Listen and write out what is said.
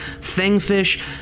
Thingfish